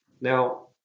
Now